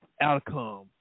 outcome